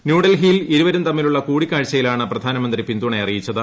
ന്യൂഡൽഹിയിൽ ഇരുവരും തമ്മിലുള്ള കൂടിക്കാഴ്ചയിലാണ് പ്രധാനമന്ത്രി പിന്തുണ അറിയിച്ചത്